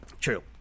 True